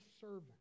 servant